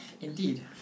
Indeed